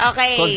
Okay